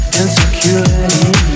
insecurity